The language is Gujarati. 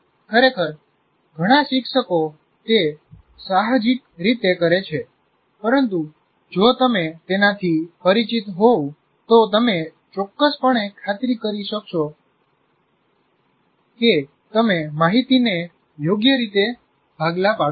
ખરેખર ઘણા શિક્ષકો તે સાહજિક રીતે કરે છે પરંતુ જો તમે તેનાથી પરિચિત હોવ તો તમે ચોક્કસપણે ખાતરી કરશો કે તમે માહિતીને યોગ્ય રીતે ભાગલા પાડો છો